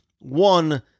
one